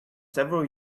several